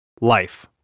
Life